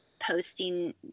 posting